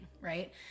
right